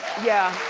yeah.